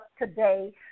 today